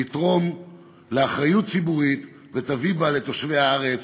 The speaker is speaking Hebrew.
לתרום לאחריות ציבורית, ותביא בה לתושבי הארץ